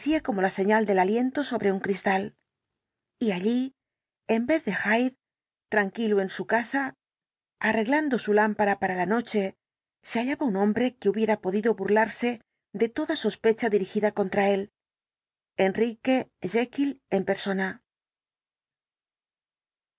como la señal del aliento sobre un cristal y allí en vez de hyde tranquilo en su casa arreglando su lámpara para la noche se hallaba un hombre que hubiera podido burlarse de toda sospecha dirigida contra él enrique jekyll en persona